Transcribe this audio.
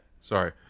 sorry